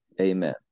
Amen